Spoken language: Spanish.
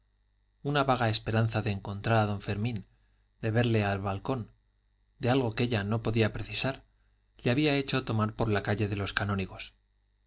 una vaga esperanza de encontrar a don fermín de verle al balcón de algo que ella no podía precisar le había hecho tomar por la calle de los canónigos